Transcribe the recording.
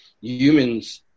humans